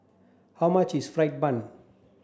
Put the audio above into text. how much is fried bun